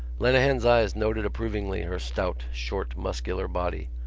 lenehan's eyes noted approvingly her stout short muscular body.